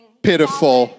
pitiful